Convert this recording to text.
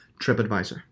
TripAdvisor